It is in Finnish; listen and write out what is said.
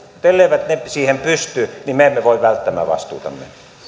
elleivät ne siihen pysty niin me emme voi välttää meidän vastuutamme